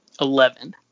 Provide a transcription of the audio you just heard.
Eleven